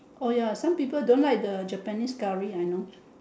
oh ya some people don't like the japanese curry I know